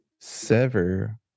sever